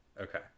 okay